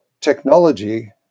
technology